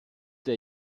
der